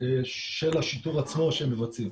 של השיטור עצמו שהם מבצעים.